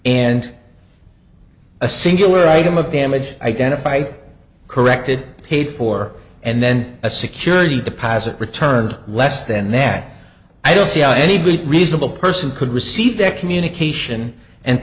and a singular item of the damage identified corrected paid for and then a security deposit returned less than that i don't see how anybody reasonable person could receive that communication and